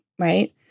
Right